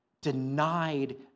denied